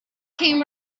came